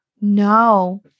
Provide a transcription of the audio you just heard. No